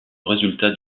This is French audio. résultat